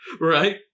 Right